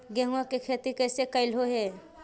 गेहूआ के खेती कैसे कैलहो हे?